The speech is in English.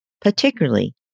particularly